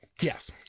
yes